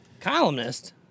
Columnist